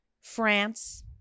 France